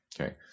Okay